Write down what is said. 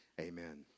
Amen